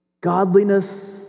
godliness